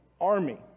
army